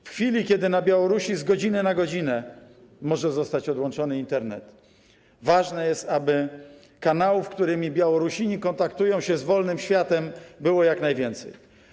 W chwili, kiedy na Białorusi z godziny na godzinę może zostać odłączony Internet, ważne jest, aby kanałów, którymi Białorusini kontaktują się z wolnym światem, było jak najwięcej.